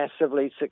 massively